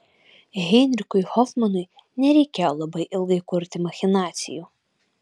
heinrichui hofmanui nereikėjo labai ilgai kurti machinacijų